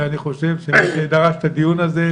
ואני חושב שמי שדרש את הדיון הזה,